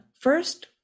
first